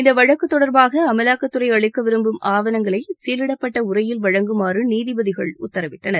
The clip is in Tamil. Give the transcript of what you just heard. இந்த வழக்கு தொடர்பாக அமலாக்கத்துறை அளிக்க விரும்பும் ஆவணங்களை சீலிடப்பட்ட உறையில் வழங்குமாறு நீதிபதிகள் உத்தரவிட்டனர்